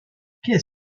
qu’est